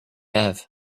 have